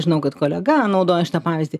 žinau kad kolega naudoja šitą pavyzdį